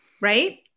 right